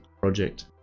project